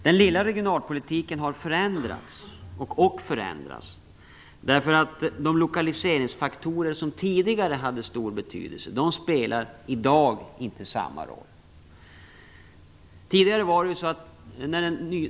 Den lilla regionalpolitiken har förändrats och förändras, därför att de lokaliseringsfaktorer som tidigare hade stor betydelse inte spelar samma roll i dag.